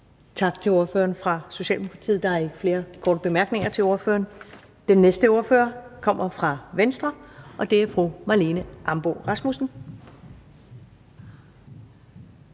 Tak til ordføreren fra Socialdemokratiet. Der er ikke flere korte bemærkninger til ordføreren. Den næste ordfører kommer fra Venstre, og det er fru Marlene Ambo-Rasmussen.